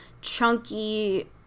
chunky